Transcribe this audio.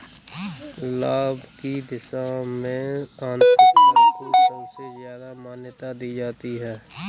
लाभ की दशा में आन्तरिक दर को सबसे ज्यादा मान्यता दी जाती है